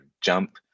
jump